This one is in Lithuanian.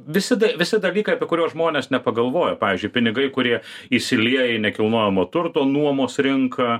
visi da visi dalykai apie kuriuos žmonės nepagalvoja pavyzdžiui pinigai kurie įsilieja į nekilnojamo turto nuomos rinką